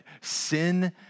sin